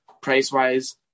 Price-wise